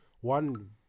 one